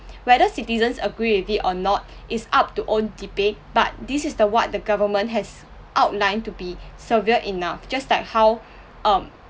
whether citizens agree with it or not is up to own debate but this is the what the government has outlined to be severe enough just like how um